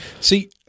See